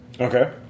Okay